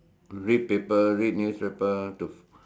read paper read newspaper to